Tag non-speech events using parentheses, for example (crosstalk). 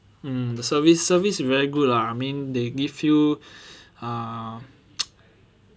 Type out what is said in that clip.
mm the service service very good lah I mean they give you uh (noise)